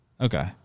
okay